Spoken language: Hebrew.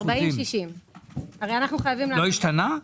40-60. לא השתנה?